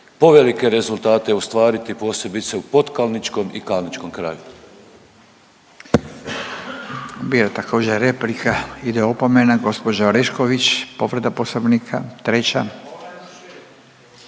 povelike rezultate ostvariti posebice u potkalničkom i kalničkom kraju.